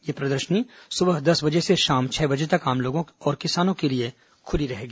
यह प्रदर्शनी सुबह दस बजे से शाम छह बजे तक आम लोगों और किसानों के लिए खुली रहेगी